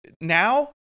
now